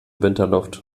winterluft